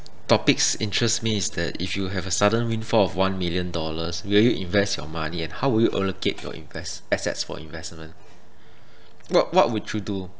topics interest me is that if you have a sudden windfall of one million dollars will you invest your money and how would you allocate your invest~ assets for investment what what would you do